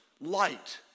light